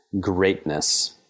greatness